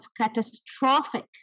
catastrophic